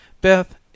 beth